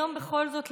היום בכל זאת,